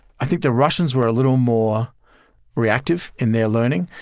i think the russians were a little more reactive in their learning.